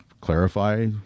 clarify